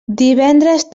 divendres